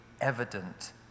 evident